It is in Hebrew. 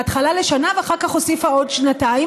בהתחלה לשנה ואחר כך הוסיפה עוד שנתיים